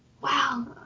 Wow